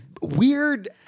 Weird